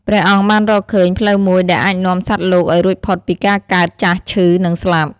ព្រះអង្គបានរកឃើញផ្លូវមួយដែលអាចនាំសត្វលោកឱ្យរួចផុតពីការកើត ចាស់ ឈឺ និងស្លាប់។